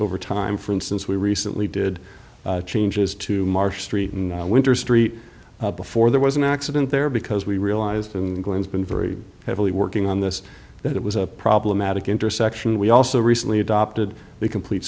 over time for instance we recently did changes to mar street and winter street before there was an accident there because we realized and glenn's been very heavily working on this that it was a problematic intersection we also recently adopted the complete